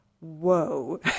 whoa